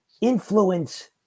influence